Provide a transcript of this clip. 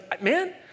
man